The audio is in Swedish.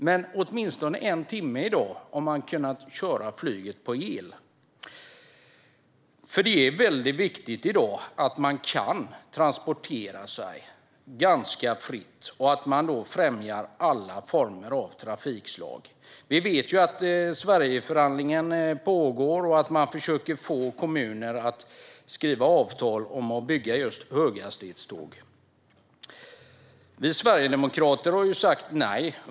Men man har i dag åtminstone under en timme kunnat köra flyget på el. Det är i dag väldigt viktigt att man kan transportera sig ganska fritt och att man främjar alla former av trafikslag. Vi vet att Sverigeförhandlingen pågår och att man försöker få kommuner att skriva avtal om att bygga just höghastighetståg. Vi sverigedemokrater har sagt nej.